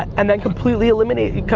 and that completely eliminated,